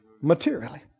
materially